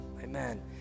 amen